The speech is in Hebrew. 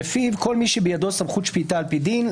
לפיו כל מי שבידו סמכות שפיטה על פי דין,